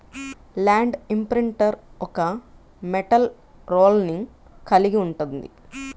land imprinter ఒక metal రోలర్ను కలిగి ఉంటుంది